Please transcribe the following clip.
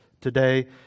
today